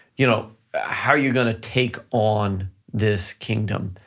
you know how are you gonna take on this kingdom?